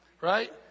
Right